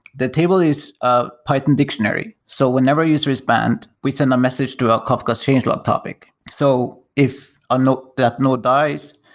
the table is ah python dictionary. so whenever a user is banned, we send a message to a kafka change log topic. so if ah that node dies,